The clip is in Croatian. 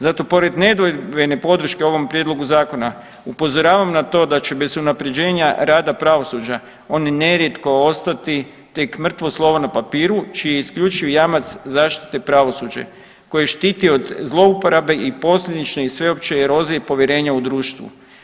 Zato pored nedvojbene podrške ovom prijedlogu zakona upozoravam na to da će bez unapređenja rada pravosuđa oni nerijetko ostati tek mrtvo slovo na papiru čiji je isključiv jamac zaštite pravosuđe koje štiti od zlouporabe i posljedično i sveopće erozije i povjerenja u društvu.